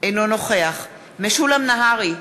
אינו נוכח משולם נהרי,